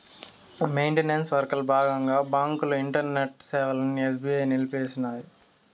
maintenance వర్కల బాగంగా బాంకుల ఇంటర్నెట్ సేవలని ఎస్బీఐ నిలిపేసినాది